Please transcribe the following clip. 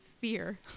fear